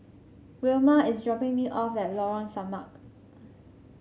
Wilma is dropping me off at Lorong Samak